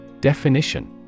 Definition